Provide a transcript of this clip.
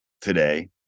today